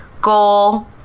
goal